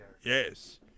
Yes